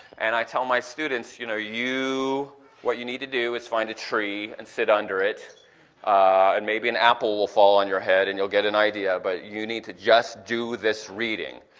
and i tell my students you know you what you need to do is find a tree and sit under it and maybe an apple will fall on your head and you'll get an idea, but you need to just do this reading.